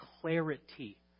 clarity